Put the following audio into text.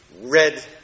red